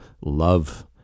love